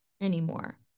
anymore